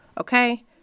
Okay